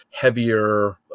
heavier